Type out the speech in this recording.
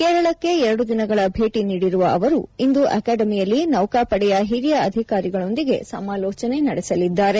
ಕೇರಳಕ್ಕೆ ಎರಡು ದಿನಗಳ ಭೇಟಿ ನೀಡಿರುವ ಅವರು ಇಂದು ಅಕಾಡೆಮಿಯಲ್ಲಿ ನೌಕಾಪಡೆಯ ಹಿರಿಯ ಅಧಿಕಾರಿಗಳೊಂದಿಗೆ ಸಮಾಲೋಚನೆ ನಡೆಸಲಿದ್ದಾರೆ